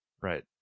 right